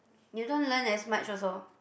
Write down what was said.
you don't learn as much also